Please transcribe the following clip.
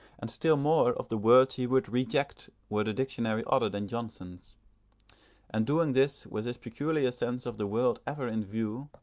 and still more of the words he would reject were the dictionary other than johnson's and doing this with his peculiar sense of the world ever in view,